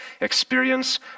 experience